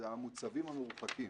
זה המוצבים המרוחקים.